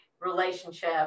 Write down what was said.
relationship